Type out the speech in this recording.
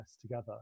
together